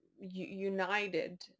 united